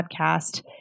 podcast